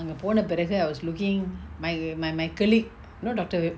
அங்க போன பிரகு:anga pona piraku I was looking my my my colleague you know doctor